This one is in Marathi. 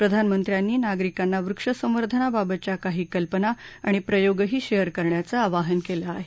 प्रधानमंत्र्यांनी नागरिकांना वृक्ष संवर्धनाबाबतच्या काही कल्पना आणि प्रयोगही शेअर करण्याचं आवाहन केलं आहे